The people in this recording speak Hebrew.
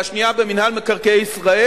והשנייה במינהל מקרקעי ישראל.